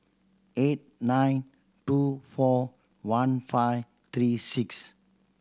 eight nine two four one five three six